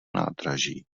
nádraží